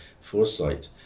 foresight